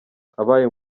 abaye